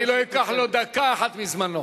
אני לא אקח לו דקה אחת מזמנו.